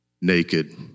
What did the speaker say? naked